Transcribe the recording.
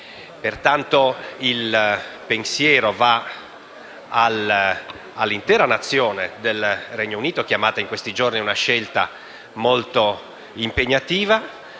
Pertanto, il pensiero va all'intera nazione del Regno Unito, chiamata in questi giorni a una scelta molto impegnativa,